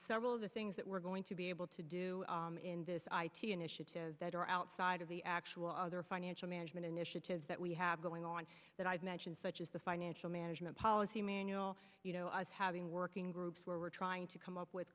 several of the things that we're going to be able to do in this initiative that are outside of the actual other financial management initiatives that we have going on that i've mentioned such as the financial management policy manual you know having working groups where we're trying to come up with